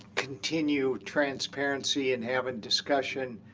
continue transparency and having discussion,